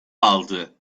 aldı